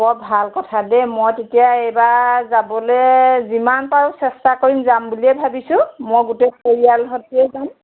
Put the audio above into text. বৰ ভাল কথা দেই মই তেতিয়া এইবাৰ যাবলৈ যিমান পাৰোঁ চেষ্টা কৰিম যাম বুলিয়েই ভাবিছোঁ মই গোটেই পৰিয়ালৰ সৈতেই যাম